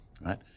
right